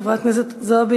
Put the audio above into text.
חברת הכנסת זועבי,